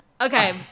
Okay